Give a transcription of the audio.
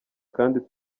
kandi